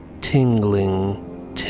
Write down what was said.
Tingling